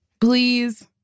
Please